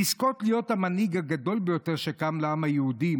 לזכות להיות המנהיג הגדול ביותר שקם לעם היהודי,